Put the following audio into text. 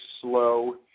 slow